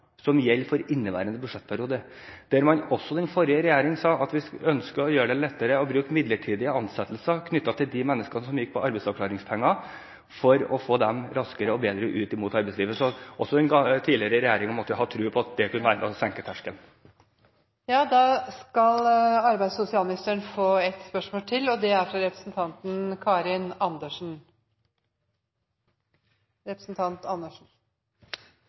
som gjelder for inneværende budsjettperiode, der også den forrige regjeringen sa at de ønsker å gjøre det lettere å bruke midlertidige ansettelser knyttet til de menneskene som går på arbeidsavklaringspenger, for å få dem raskere og bedre ut mot arbeidslivet. Så også den tidligere regjeringen må jo ha hatt tro på at dette vil være med på senke terskelen. «I Stortinget 13. november sa statsråden følgende: «[...] det er både naturlig og